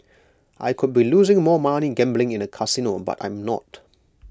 I could be losing more money gambling in A casino but I'm not